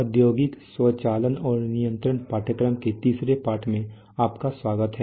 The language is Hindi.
औद्योगिक स्वचालन और नियंत्रण पाठ्यक्रम के तीसरे पाठ में आपका स्वागत है